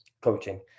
coaching